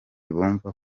bumva